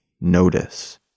notice